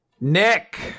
Nick